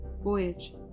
voyage